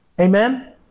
Amen